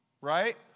right